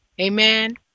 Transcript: Amen